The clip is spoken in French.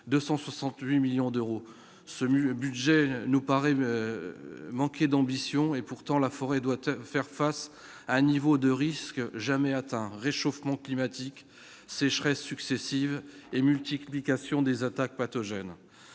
268 millions d'euros se mue budget nous paraît manquer d'ambition, et pourtant la forêt doit faire face à un niveau de risque jamais atteint, réchauffement climatique sécheresses successives et multiplication des attaques pathogènes